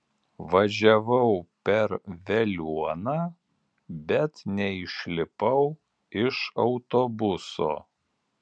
važiavau per veliuoną bet neišlipau iš autobuso